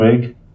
big